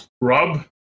Rob